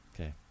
Okay